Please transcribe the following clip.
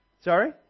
Sorry